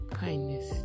kindness